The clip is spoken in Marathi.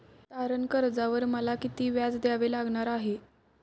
तारण कर्जावर मला किती व्याज द्यावे लागणार आहे?